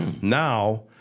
now